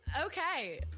Okay